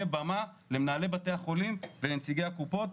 ותהיה במה למנהלי בתי החולים ולנציגי הקופות.